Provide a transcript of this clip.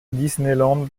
disneyland